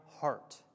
heart